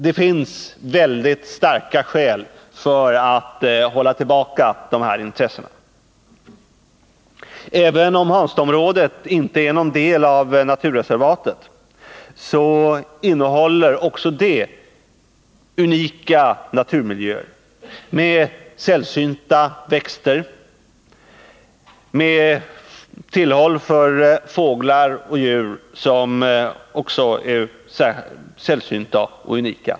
Det finns emellertid mycket starka skäl att hålla tillbaka de här intressena. Även om Hanstaområdet inte är en del av naturreservatet, innehåller också det unika naturmiljöer med sällsynta växter, fåglar och andra djur.